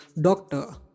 doctor